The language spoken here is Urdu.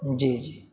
جی جی